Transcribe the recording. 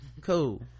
cool